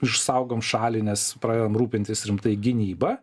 išsaugom šalį nes pradedam rūpintis rimtai gynyba